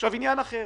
מדינת ישראל